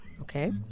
Okay